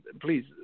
Please